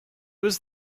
was